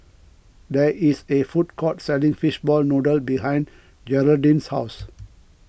there is a food court selling Fishball Noodle behind Jeraldine's house